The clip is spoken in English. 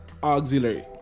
auxiliary